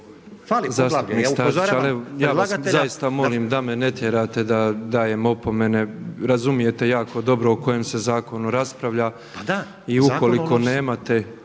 Stazić ja vas zaista molim da me ne tjerate da dajem opomene. Razumijete jako dobro o kojem se zakonu raspravlja./… Pa